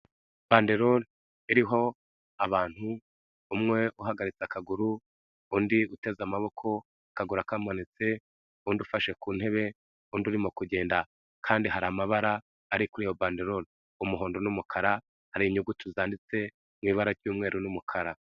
Banderore, iriho, abantu, umwe uhagatse akaguru, undi uteze amaboko, akaguru akamanutse, undi ufashe ku ntebe, undi urimo kugenda kandi hari amabara, ari kuri iyo banderore, umuhondo n'umukara, hari inyuguti zanditse, mu ibara ry'umweru n'umukara.